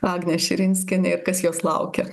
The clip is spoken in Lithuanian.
agnę širinskienę ir kas jos laukia